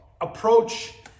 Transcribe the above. approach